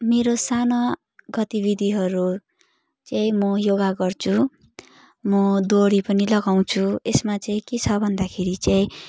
मेरो साना गतिविधिहरू चाहिँ म योगा गर्छु म डोरी पनि लगाउँछु यसमा चाहिँ के छ भन्दाखेरि चाहिँ